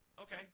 okay